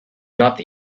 not